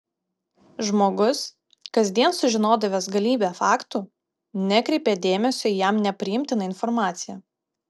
žmogus kasdien sužinodavęs galybę faktų nekreipė dėmesio į jam nepriimtiną informaciją